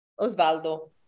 Osvaldo